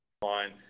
Fine